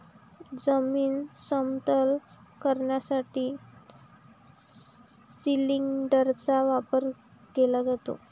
जमीन समतल करण्यासाठी सिलिंडरचा वापर केला जातो